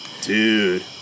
Dude